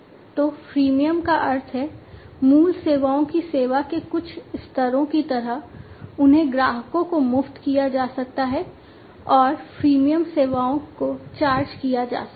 तो फ्रीमियम का अर्थ है मूल सेवाओं की सेवा के कुछ स्तरों की तरह उन्हें ग्राहकों को मुफ्त किया जा सकता है और प्रीमियम सेवाओं को चार्ज किया जा सकता है